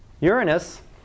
Uranus